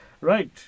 Right